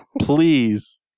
Please